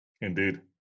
Indeed